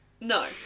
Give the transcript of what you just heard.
No